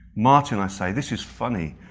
martin i say, this is funny,